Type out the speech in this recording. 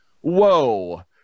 whoa